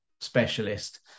specialist